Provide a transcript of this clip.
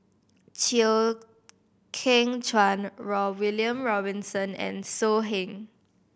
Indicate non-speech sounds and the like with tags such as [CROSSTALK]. Chew Kheng Chuan [UNINTELLIGIBLE] William Robinson and So Heng